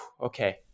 okay